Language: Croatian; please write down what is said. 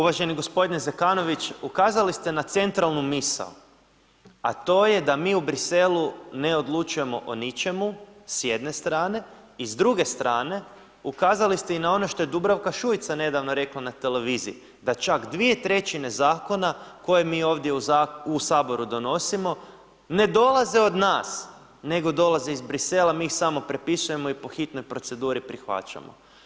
Uvaženi gospodine Zekanović ukazali ste na centralnu misao a to je da mi u Briselu ne odlučujemo o ničemu s jedne strane i s druge strane ukazali ste i na ono što je Dubravka Šuica nedavno rekla na televiziji da čak dvije trećine zakone koje mi ovdje u Saboru donosimo ne dolaze od nas nego dolaze iz Brisela, mi ih samo prepisujemo i po hitnoj proceduri prihvaćamo.